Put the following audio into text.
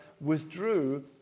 withdrew